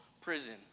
prison